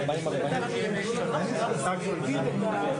15:43.